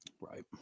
Right